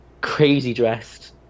crazy-dressed